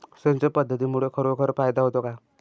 सिंचन पद्धतीमुळे खरोखर फायदा होतो का?